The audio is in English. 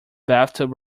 bathtub